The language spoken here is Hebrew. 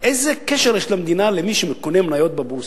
איזה קשר יש למדינה למי שקונה מניות בבורסה?